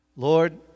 Lord